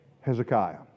Hezekiah